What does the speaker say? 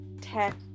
tech